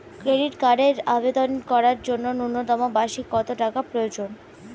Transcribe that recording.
Credit কার্ডের আবেদন করার জন্য ন্যূনতম বার্ষিক কত টাকা প্রয়োজন?